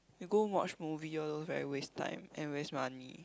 you go watch movie all those very waste time and waste money